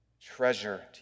treasure